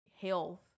health